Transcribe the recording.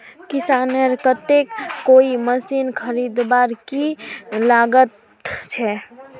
किसानेर केते कोई मशीन खरीदवार की लागत छे?